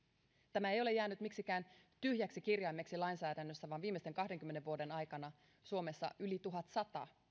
tämä ei ole jäänyt miksikään tyhjäksi kirjaimeksi lainsäädännössä vaan viimeisten kahdenkymmenen vuoden aikana suomessa yli tuhatsata